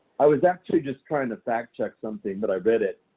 i was actually just trying to fact-check something, but i read it.